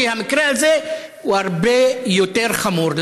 כי המקרה הזה הוא הרבה יותר חמור.